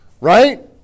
Right